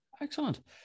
Excellent